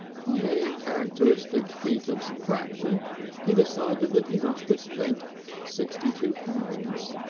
by a characteristic feat of subtraction he decided that he must have spent sixty-two pounds.